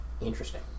interesting